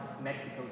Mexico